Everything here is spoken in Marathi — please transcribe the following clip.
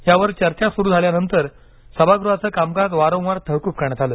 यावर चर्चा सुरू झाल्यानंतर सभागृहाचं कामकाज वारंवार तहकूब करण्यात आलं